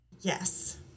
Yes